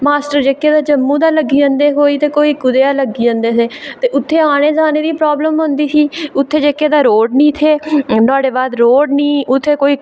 master जेह्के तां जम्मू दा लग्गी जंदे हे ते कोई कुदे आ लग्गी जंदे हे ते उत्थै आने जाने दी प्रॉब्लम होंदी ही उत्थै जेह्के रोड़ निं थे नुहाड़े बाद रोड़ निं उत्थै कोई